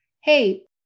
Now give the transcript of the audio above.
hey